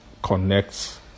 connects